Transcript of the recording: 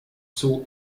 zoo